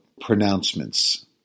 pronouncements